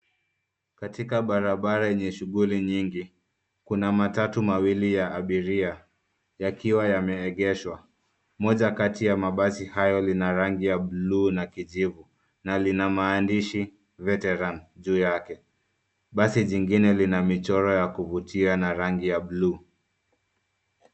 Katika barabara yenye shughuli nyingi kuna matatu mawili ya abiria yakiwa yameegeshwa. Moja kati ya mabasi hayo lina rangi ya bluu na kijivu na lina maandishi [cs ] Veteran[cs ] juu yake. Basi lingine lina michoro ya kuvutia na rangi ya bluu.